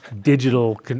Digital